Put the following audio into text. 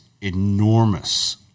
enormous